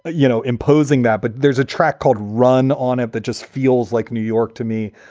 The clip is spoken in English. ah you know, imposing that. but there's a track called run on it that just feels like new york to me,